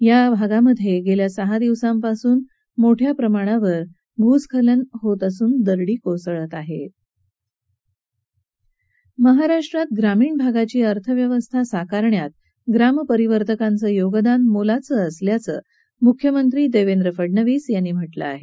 या ठिकाणी गेल्या सहा दिवसांपासून मोठ्या प्रमाणावर भुस्खल्लन होत असून डोंगारानारून दगडही येत आहेत महाराष्ट्रात ग्रामीण भागाची अर्थव्यवस्था साकारण्यात ग्राम परिवर्तकांचं योगदान मोलाचं असल्याचं मुख्यमंत्री देवेंद्र फडणवीस यांनी म्हटलं आहे